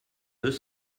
deux